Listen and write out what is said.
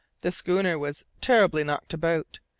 the schooner was terribly knocked about,